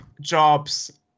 jobs